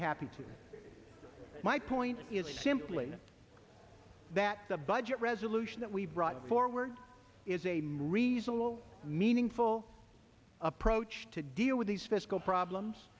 be happy to my point is simply that the budget resolution that we brought forward is a reasonable meaningful approach to deal with these fiscal problems